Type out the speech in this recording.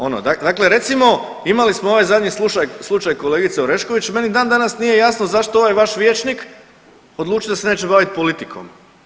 Ono dakle recimo imali smo ovaj zadnji slučaj kolegice Orešković, meni dan danas nije jasno zašto ovaj vaš vijećnik odlučio da se neće bavit politikom?